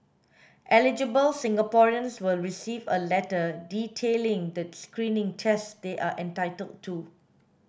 eligible Singaporeans will receive a letter detailing the screening tests they are entitled to